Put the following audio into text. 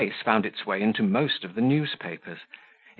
the case found its way into most of the newspapers.